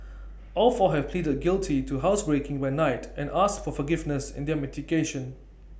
all four have pleaded guilty to housebreaking by night and asked for forgiveness in their mitigation